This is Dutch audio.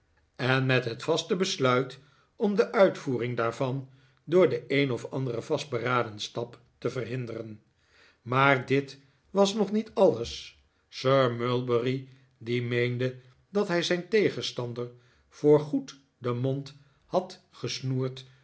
en met het vaste besluit om de uitvoering daarvan door den een of anderen vastberaden stap te verhinderen maar dit was nog niet alles sir mulberry die meende dat hij zijn tegenstander voor goed den mond had gesnoerd